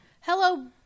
Hello